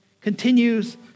continues